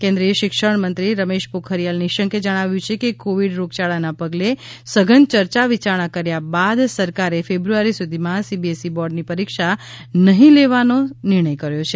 કેન્દ્રીય શિક્ષણ મંત્રી રમેશ પોખરિયા નિશંકે જણાવ્યું છે કે કોવિડ રોગચાળાના પગલે સઘન ચર્ચા વિચારણા કર્યા બાદ સરકારે ફેબ્રુઆરી સુધીમાં સીબીએસઇ બોર્ડની પરીક્ષા નહીં લેવાનો સરકારે નિર્ણય કર્યો છે